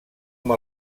amb